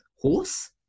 horse